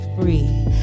free